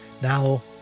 Now